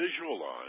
Visualize